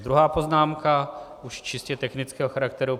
Druhá poznámka, už čistě technického charakteru.